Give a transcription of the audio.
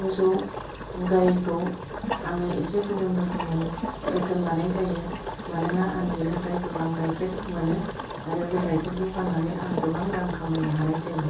मोसौ गाइखौ आङो एसे गुबुन रोखोमै जोथोन लानाय जायो मानोना आं बेनिफ्राय गोबां गाइखेर मोनो आरो बे गाइखेरखौ फाननानै आं गोबां रां खामायनो हानाय जायो